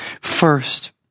First